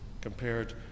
compared